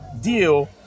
deal